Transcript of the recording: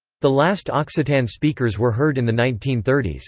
the last occitan speakers were heard in the nineteen thirty s.